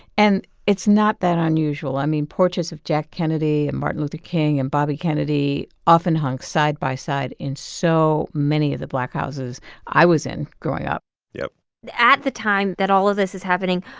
and it's not that unusual. i mean, portraits of jack kennedy, and martin luther king and bobby kennedy often hung side by side in so many of the black houses i was in growing up yep at the time that all of this is happening,